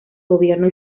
gobierno